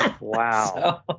wow